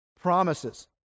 promises